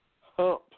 hump